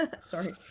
Sorry